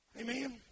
Amen